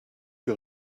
que